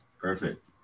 Perfect